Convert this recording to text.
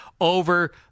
over